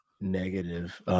negative